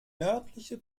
nördliche